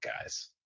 guys